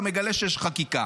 אתה מגלה שיש חקיקה.